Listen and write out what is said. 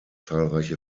zahlreiche